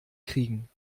kriegen